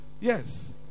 Yes